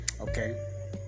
Okay